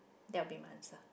that will be my answer